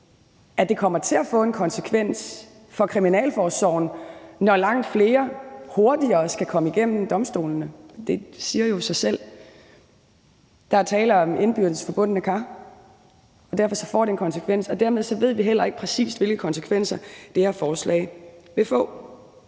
at det kommer til at få en konsekvens for kriminalforsorgen, når langt flere hurtigere skal komme igennem domstolene. Det siger jo sig selv. Der er tale om indbyrdes forbundne kar. Derfor får det en konsekvens, og dermed ved vi heller ikke, præcis hvilke konsekvenser det her forslag vil få.